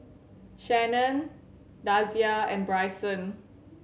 Shanon Dasia and Bryson